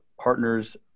partners